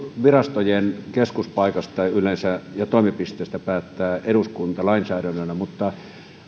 virastojen keskuspaikoista tai yleensä toimipisteistä päättää eduskunta lainsäädännöllä mutta